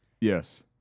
Yes